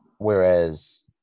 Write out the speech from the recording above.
Whereas